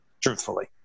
truthfully